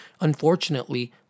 Unfortunately